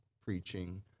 preaching